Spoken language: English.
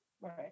Right